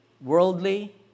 worldly